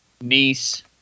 niece